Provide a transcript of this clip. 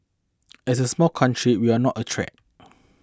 as a small country we are not a threat